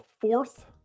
fourth